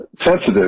sensitive